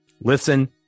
listen